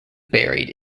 buried